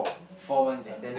four months ah